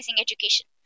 education